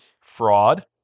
fraud